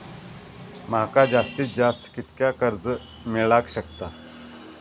माका जास्तीत जास्त कितक्या कर्ज मेलाक शकता?